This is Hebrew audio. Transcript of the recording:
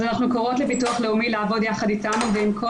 אנחנו קוראות לביטוח הלאומי לעבוד יחד איתנו ועם כל